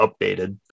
updated